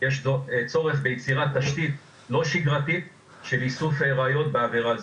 יש צורך ביצירת תשתית לא שגרתית של איסוף ראיות בעבירה זו.